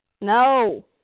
No